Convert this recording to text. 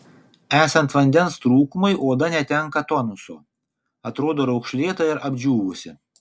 esant vandens trūkumui oda netenka tonuso atrodo raukšlėta ir apdžiūvusi